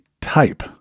type